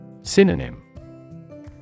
Synonym